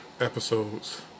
episodes